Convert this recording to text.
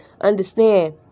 Understand